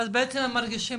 בעצם הם מרגישים,